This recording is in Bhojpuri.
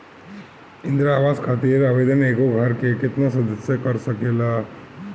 इंदिरा आवास खातिर आवेदन एगो घर के केतना सदस्य कर सकेला?